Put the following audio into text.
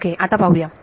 okay आता पाहूया